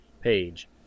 page